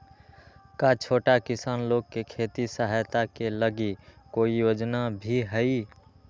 का छोटा किसान लोग के खेती सहायता के लगी कोई योजना भी हई?